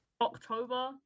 October